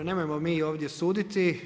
Nemojmo mi ovdje suditi.